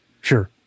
Sure